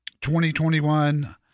2021